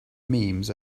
memes